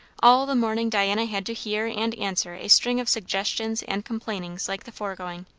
all the morning diana had to hear and answer a string of suggestions and complainings like the foregoing.